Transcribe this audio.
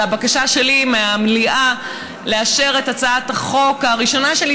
לבקשה שלי מהמליאה לאשר את הצעת החוק הראשונה שלי,